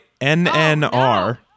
NNR